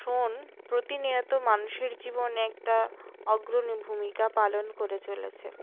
phone প্রতিনিয়ত মানুষের জীবনে একটা অগ্রণী ভূমিকা পালন করে চলেছে